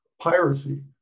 piracy